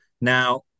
Now